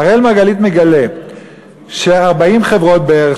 אראל מרגלית מגלה ש-40 חברות בערך,